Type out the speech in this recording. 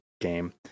game